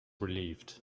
relieved